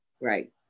right